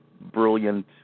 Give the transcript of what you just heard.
brilliant